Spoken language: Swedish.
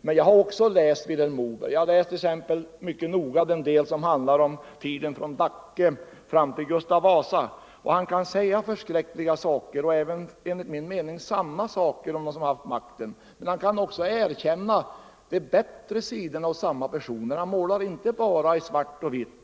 Jag har emellertid också läst Vilhelm Moberg, bl.a. mycket noga den del av hans framställning som handlar om tiden från Dacke fram till Gustav Vasa. Han kan säga förskräckliga saker och även enligt min mening sanna saker om dem som haft makten. Men han kan också erkänna de bättre sidorna av samma personer — han målar inte bara i svart och vitt.